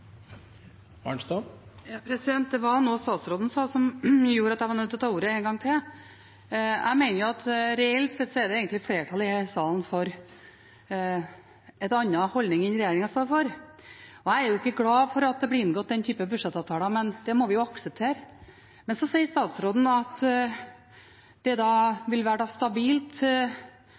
Det var noe statsråden sa som gjorde at jeg ble nødt til å ta ordet en gang til. Jeg mener at det reelt sett egentlig er flertall i denne salen for en annen holdning enn den regjeringen står for, og jeg er ikke glad for at den typen budsjettavtaler blir inngått – men det må vi akseptere. Så sier statsråden at dette vil være stabilt vedtatt mellom regjeringen og Kristelig Folkeparti i de neste fire årene. Da